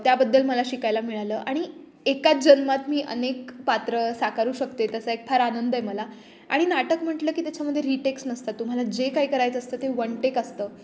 त्याबद्दल मला शिकायला मिळालं आणि एकाच जन्मात मी अनेक पात्रं साकारू शकते त्याचा एक फार आनंद आहे मला आणि नाटक म्हटलं की त्याच्यामध्ये रिटेक्स नसतात तुम्हाला जे काही करायचं असतं ते वन टेक असतं